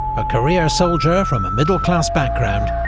a career soldier from a middle-class background,